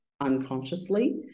unconsciously